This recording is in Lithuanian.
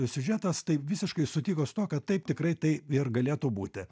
siužetas tai visiškai sutiko su tuo kad taip tikrai tai ir galėtų būti